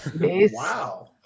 Wow